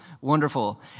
wonderful